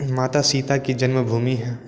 माता सीता की जन्मभूमि है